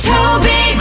Toby